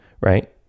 Right